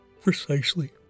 Precisely